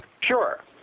Sure